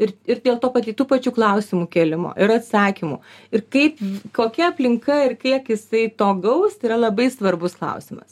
ir ir dėl to pati tų pačių klausimų kėlimo ir atsakymų ir kaip kokia aplinka ir kiek jisai to gaus tai yra labai svarbus klausimas